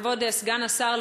כבוד סגן השר,